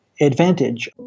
advantage